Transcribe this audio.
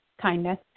kindness